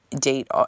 date